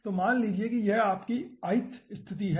तो मान लीजिए कि यह आपकी ith स्थिति है